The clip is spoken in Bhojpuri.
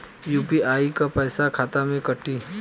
यू.पी.आई क पैसा खाता से कटी?